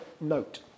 Note